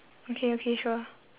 okay okay sure